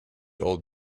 old